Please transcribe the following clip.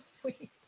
sweet